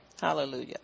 Hallelujah